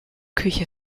küche